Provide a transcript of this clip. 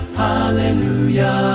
hallelujah